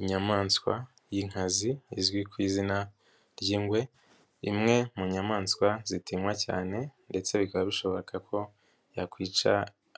inyamaswa y'inkazi izwi ku izina ry'ingwe, imwe mu nyamaswa zitinywa cyane ndetse bikaba bishoboka ko yakwica